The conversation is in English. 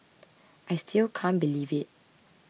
I still can't believe it